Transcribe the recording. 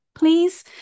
please